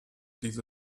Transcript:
diese